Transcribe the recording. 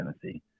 Tennessee